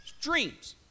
dreams